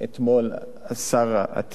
אתמול השר אטיאס,